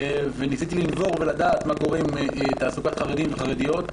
ניסיתי לנבור ולדעת מה קורה עם תעסוקת חרדים וחרדיות.